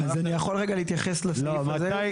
מתי